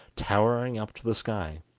towering up to the sky.